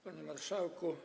Panie Marszałku!